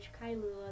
Kailua